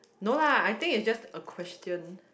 no lah I think it's just a question